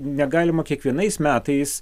negalima kiekvienais metais